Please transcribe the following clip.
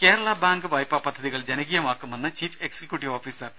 രുമ കേരള ബാങ്ക് വായ്പാ പദ്ധതികൾ ജനകീയമാക്കുമെന്ന് ചീഫ് എക്സിക്യൂട്ടീവ് ഓഫീസർ പി